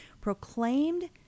proclaimed